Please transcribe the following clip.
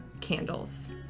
candles